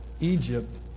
Egypt